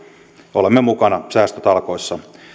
olemme mukana säästötalkoissa